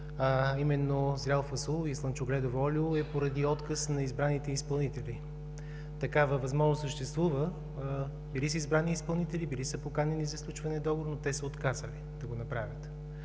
именно зрял фасул и слънчогледово олио, е поради отказ на избраните изпълнители. Такава възможност съществува. Били са избрани изпълнители, били са поканени за сключване на договор, но те са отказали да го направят.